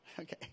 okay